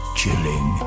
chilling